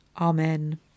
Amen